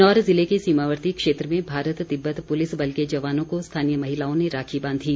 किन्नौर ज़िले के सीमावर्ती क्षेत्र में भारत तिब्बत पुलिस बल के जवानों को स्थानीय महिलाओं ने राखी बांधी